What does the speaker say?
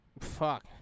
fuck